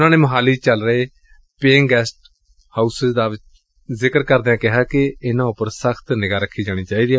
ਉਨ੍ਹਾਂ ਨੇ ਮੋਹਾਲੀ ਚ ਚੱਲ ਰਹੇ ਪੇਇੰਟ ਗੈਸਟ ਹਾਊਸਜ਼ ਦਾ ਜ਼ਿਕਰ ਕਰਦਿਆਂ ਕਿਹਾ ਕਿ ਇਨ੍ਹਾਂ ਉਪਰ ਸ਼ਤ ਨਜ਼ਰ ਰੱਖੀ ਜਾਣੀ ਚਾਹੀਦੀ ਏ